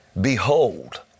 Behold